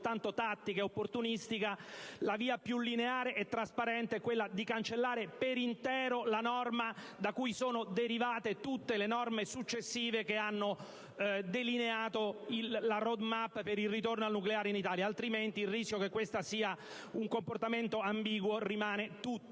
soltanto tattica e opportunistica, la via più lineare e trasparente è cancellare per intero la norma da cui sono derivate tutte le norme successive che hanno delineato la *road map* per il ritorno al nucleare in Italia; altrimenti rimane tutto il rischio che questo sia un comportamento ambiguo.